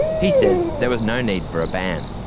he says there was no need for a ban.